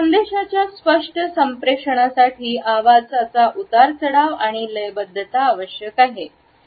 संदेशाच्या स्पष्ट संप्रेषणासाठी आवाज उतार चढाव आणि लयबद्धता आहे